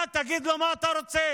אתה תגיד לו מה שאתה רוצה